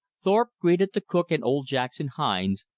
thorpe greeted the cook and old jackson hines,